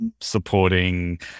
supporting